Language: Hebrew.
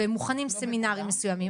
והם מוכנים סמינרים מסוימים.